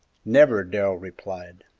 never, darrell replied.